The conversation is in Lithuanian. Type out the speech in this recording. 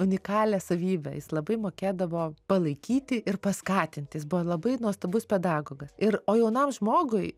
unikalią savybę jis labai mokėdavo palaikyti ir paskatinti jis buvo labai nuostabus pedagogas ir o jaunam žmogui